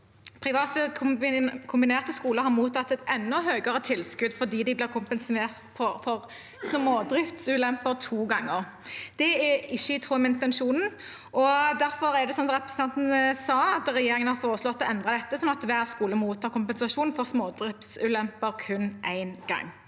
Private kombinerte skoler har mottatt et enda høyere tilskudd fordi de blir kompensert for smådriftsulemper to ganger. Det er ikke i tråd med intensjonen, og derfor har regjeringen, som representanten sa, foreslått å endre dette slik at hver skole mottar kompensasjon for smådriftsulemper kun én gang.